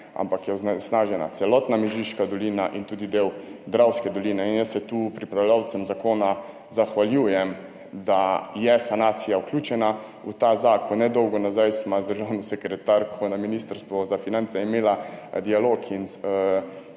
ampak je onesnažena celotna Mežiška dolina in tudi del Dravske doline. Jaz se tu pripravljavcem zakona zahvaljujem, da je sanacija vključena v ta zakon. Nedolgo nazaj sva z državno sekretarko na Ministrstvu za finance imela dialog in